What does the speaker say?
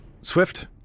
Swift